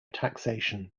taxation